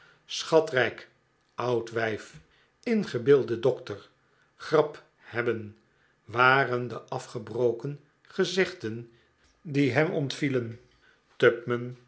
schatrijk oud wijf ingebeelde dokter grap hebben waren de afgebroken gez'egden die hem ontvielen